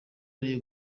ari